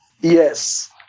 Yes